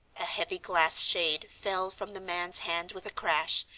a heavy glass shade fell from the man's hand with a crash,